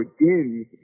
again